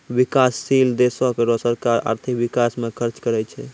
बिकाससील देसो रो सरकार आर्थिक बिकास म खर्च करै छै